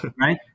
Right